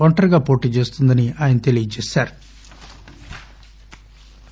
ఒంటరిగా పోటీ చేస్తుందని ఆయన చెప్పారు